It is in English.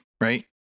right